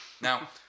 Now